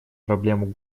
проблему